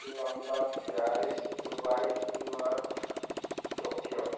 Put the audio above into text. London Paris Dubai New York Tokyo